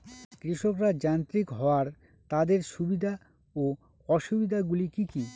কৃষকরা যান্ত্রিক হওয়ার তাদের সুবিধা ও অসুবিধা গুলি কি কি?